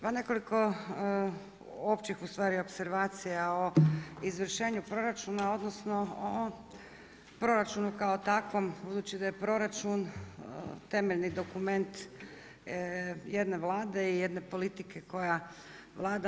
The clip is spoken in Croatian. Pa nekoliko općih ustvari opservacija o izvršenju proračuna, odnosno o proračunu kao takvom, budući da je proračun temeljni dokument jedne Vlade, i jedne politike koja vlada.